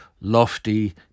lofty